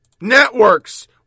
Networks